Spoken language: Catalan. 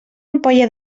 ampolla